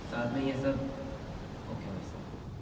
साथ में ये सब ओके भाई साहब